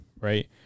right